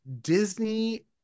Disney